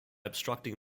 obstructing